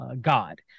God